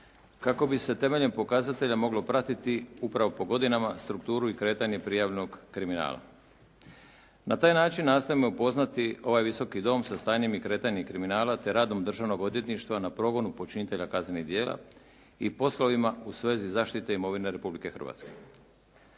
kako bi se temeljem pokazatelja moglo pratiti upravo po godinama strukturu i kretanje prijavljenog kriminala. Na taj način nastojimo upoznati ovaj Visoki dom sa stanjem i kretanjem kriminala te radom državnog odvjetništva na progonu počinitelja kaznenih djela i poslovima u svezi zaštite imovine Republike Hrvatske.